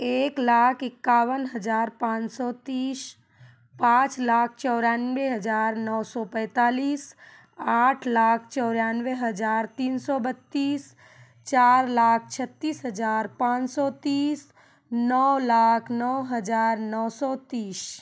एक लाख इक्यावन हज़ार पाँच सौ तीस पाँच लाख चौरानवे हज़ार नौ सौ पैंतालीस आठ लाख चौरानवे हज़ार तीन सौ बत्तीस चार लाख छत्तीस हज़ार पाँच सौ तीस नौ लाख नौ हज़ार नौ सौ तीस